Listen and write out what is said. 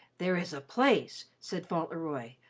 there is a place, said fauntleroy,